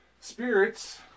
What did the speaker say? spirits